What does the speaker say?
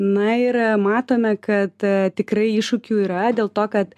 na ir matome kad tikrai iššūkių yra dėl to kad